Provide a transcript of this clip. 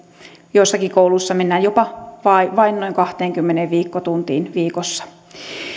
joissakin kouluissa mennään jopa vain noin kahteenkymmeneen viikkotuntiin viikossa